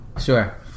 Sure